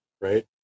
right